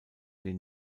den